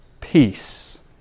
peace